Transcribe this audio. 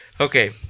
Okay